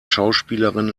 schauspielerin